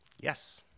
Yes